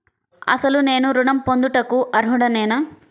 అసలు నేను ఋణం పొందుటకు అర్హుడనేన?